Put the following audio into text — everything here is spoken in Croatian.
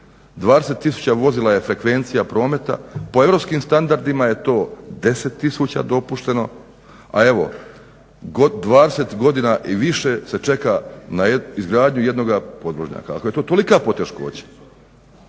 tisuća vozila je frekvencija prometa. Po europskim standardima je to 10 tisuća dopušteni, a evo 20 godina i više se čeka na izgradnju jednog podvožnjaka. Ako je to tolika poteškoća